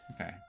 Okay